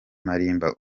malimba